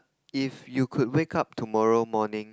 if you could wake up tomorrow morning